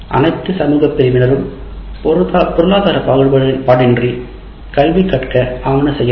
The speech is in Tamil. அனைத்து சமூகப் பிரிவினரும் பொருளாதார பாகுபாடின்றி கல்வி கட்ட ஆவன செய்ய வேண்டும்